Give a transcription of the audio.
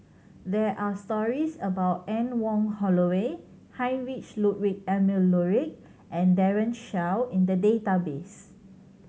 there are stories about Anne Wong Holloway Heinrich Ludwig Emil Luering and Daren Shiau in the database